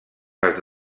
les